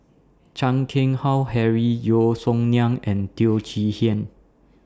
Chan Keng Howe Harry Yeo Song Nian and Teo Chee Hean